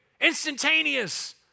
Instantaneous